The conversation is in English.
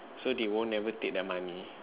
so they won't ever take the money